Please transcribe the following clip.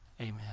Amen